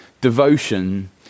devotion